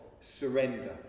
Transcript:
surrender